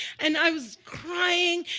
and i was crying.